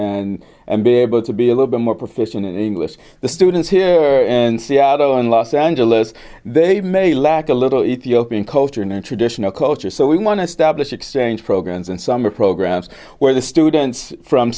ready and be able to be a little bit more proficient in english the students here and thiago in los angeles they may lack a little ethiopian culture in their traditional culture so we want to stablish exchange programs and summer programs where the students from